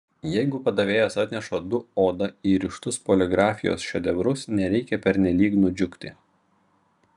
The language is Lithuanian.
jeigu padavėjas atneša du oda įrištus poligrafijos šedevrus nereikia pernelyg nudžiugti